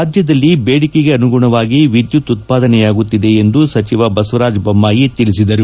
ರಾಜ್ಲದಲ್ಲಿ ಬೇಡಿಕೆಗೆ ಅನುಗುಣವಾಗಿ ವಿದ್ಯುತ್ ಉತ್ಪಾದನೆಯಾಗುತ್ತಿದೆ ಎಂದು ಸಚಿವ ಬಸವರಾಜ ಬೊಮ್ನಾಯಿ ತಿಳಿಸಿದರು